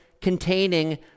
containing